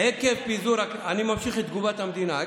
אני ממשיך את תגובת המדינה.